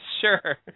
Sure